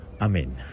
Amen